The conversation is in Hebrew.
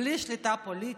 בלי שליטה פוליטית,